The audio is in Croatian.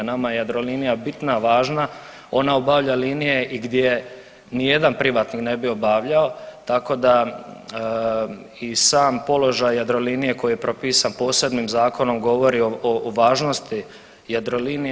Nama je Jadrolinija bitna, važna, ona obavlja linije i gdje nijedan privatnik ne bi obavljao, tako da i sam položaj Jadrolinije koji je propisan posebnim zakonom govori o važnosti Jadrolinije.